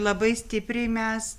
labai stipriai mes